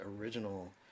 original